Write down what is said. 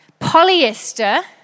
polyester